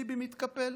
ביבי מתקפל.